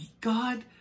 God